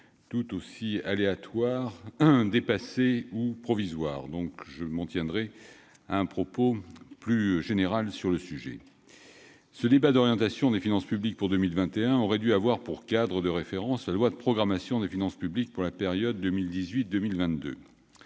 tous aussi aléatoires, dépassés ou provisoires ; je m'en tiendrai à un propos plus général. Le débat sur l'orientation des finances publiques pour 2021 aurait dû avoir pour cadre de référence la loi de programmation des finances publiques pour la période 2018-2022.